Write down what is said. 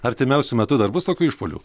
artimiausiu metu dar bus tokių išpuolių